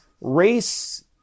race